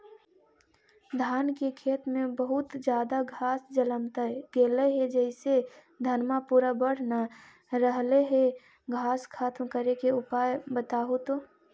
धान के खेत में बहुत ज्यादा घास जलमतइ गेले हे जेसे धनबा पुरा बढ़ न रहले हे घास खत्म करें के उपाय बताहु तो?